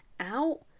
out